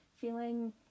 feeling